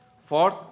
Fourth